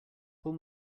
pull